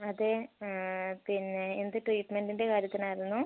അതെ പിന്നെ എന്ത് ട്രീറ്റ്മെൻറ്റിൻ്റെ കാര്യത്തിന് ആയിരുന്നു